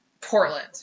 Portland